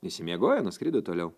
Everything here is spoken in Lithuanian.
išsimiegoję nuskrido toliau